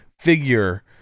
figure